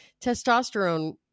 testosterone